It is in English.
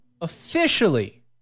officially